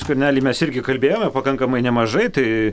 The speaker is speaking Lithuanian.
skvernelį mes irgi kalbėjome pakankamai nemažai tai